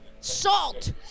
Salt